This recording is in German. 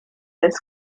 als